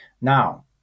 Now